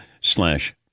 slash